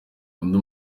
undi